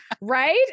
right